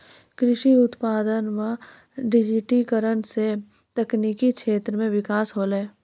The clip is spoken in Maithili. कृषि उत्पादन मे डिजिटिकरण से तकनिकी क्षेत्र मे बिकास होलै